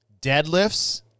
deadlifts